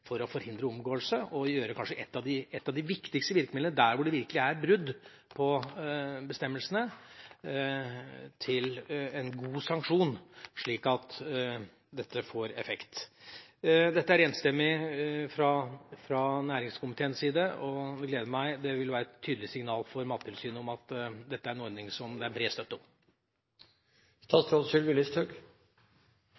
for å forhindre omgåelse, og gjøre kanskje et av de viktigste virkemidlene – der hvor det virkelig er brudd på bestemmelsene – til en god sanksjon, slik at dette får effekt. Denne saka er enstemmig fra næringskomiteens side, og det gleder meg. Det vil være et tydelig signal overfor Mattilsynet om at dette er en ordning som det er bred støtte